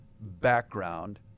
background